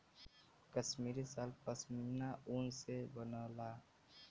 कसमीरी साल पसमिना ऊन से बनला